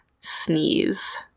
sneeze